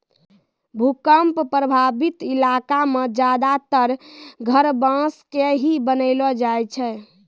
भूकंप प्रभावित इलाका मॅ ज्यादातर घर बांस के ही बनैलो जाय छै